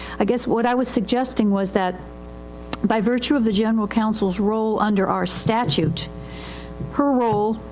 i guess what i was suggesting was that by virtue of the general counselis role under our statute her role,